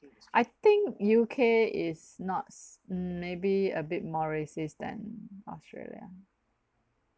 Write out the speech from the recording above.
I think U_K is nots maybe a bit more racist than australia